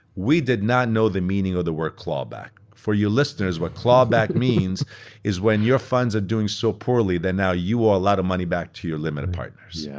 we did not know the meaning of the word clawback. for you listeners, what clawback means is when your funds are doing so poorly that now you owe a lot of money back to your limited partners. yeah